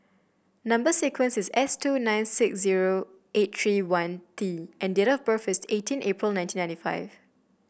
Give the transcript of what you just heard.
number sequence is S two nine six zero eight three one T and date of birth is eighteen April nineteen ninety five